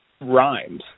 rhymes